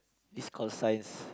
this call Science